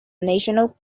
national